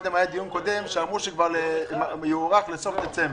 מקודם היה דיון קודם ואמרו שיוארך לסוף דצמבר.